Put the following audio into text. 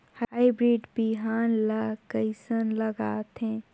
Hybrid बिहान ला कइसन लगाथे?